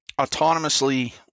autonomously